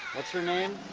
what's her name?